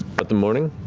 but the morning